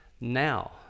now